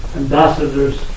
ambassadors